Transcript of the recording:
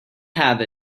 have